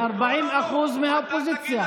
40% מהאופוזיציה.